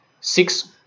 Six